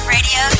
Radio